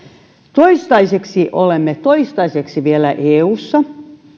toistaiseksi olemme toistaiseksi vielä eussa ei